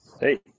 Hey